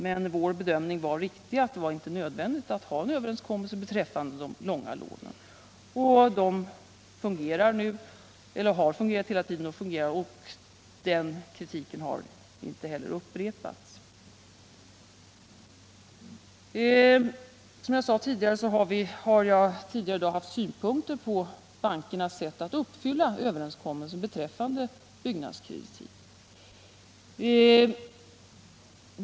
Men vår bedömning var riktig, att det inte var nödvändigt att ha en överenskommelse beträffande de långa lånen. De har fungerat hela tiden och fungerar nu. Kritiken har inte heller upprepats. Som jag sade har jag tidigare framfört synpunkter på bankernas sätt att uppfylla överenskommelsen beträffande byggnadskreditiv.